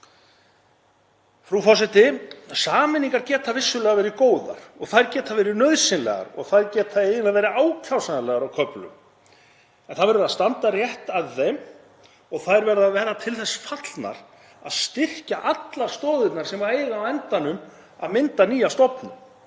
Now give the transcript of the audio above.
Frú forseti. Sameiningar geta vissulega verið góðar, þær geta verið nauðsynlegar og eiginlega ákjósanlegar á köflum. En það verður að standa rétt að þeim og þær verða að vera til þess fallnar að styrkja allar stoðirnar sem eiga á endanum að mynda nýja stofnun.